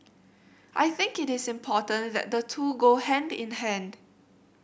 I think it is important that the two go hand in hand